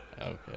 Okay